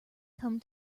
come